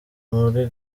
muri